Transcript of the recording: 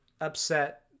upset